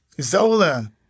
Zola